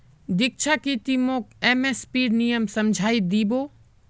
दीक्षा की ती मोक एम.एस.पीर नियम समझइ दी बो